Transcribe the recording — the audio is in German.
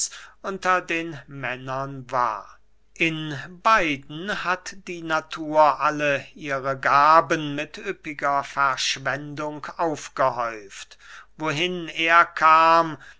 unter den männern war in beiden hat die natur alle ihre gaben mit üppiger verschwendung aufgehäuft wohin er kam